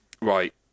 Right